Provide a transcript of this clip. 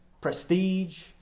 prestige